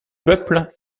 peuple